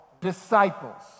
disciples